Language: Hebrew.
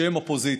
בשם הפוזיציה?